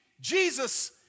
Jesus